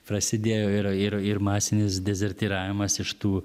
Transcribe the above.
prasidėjo ir ir ir masinis dezertyravimas iš tų